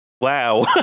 Wow